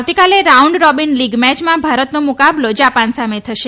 આવતીકાલે round robin league મેચમાં ભારતનો મુકાબલો જાપાન સાથે થશે